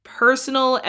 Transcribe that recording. personal